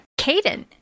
Caden